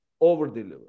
over-deliver